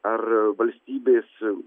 ar valstybės